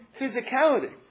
physicality